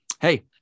Hey